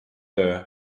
töö